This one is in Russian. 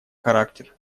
характер